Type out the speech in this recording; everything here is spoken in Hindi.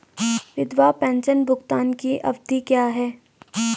विधवा पेंशन भुगतान की अवधि क्या है?